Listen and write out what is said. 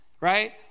right